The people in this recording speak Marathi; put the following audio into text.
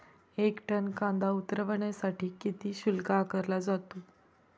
एक टन कांदा उतरवण्यासाठी किती शुल्क आकारला जातो?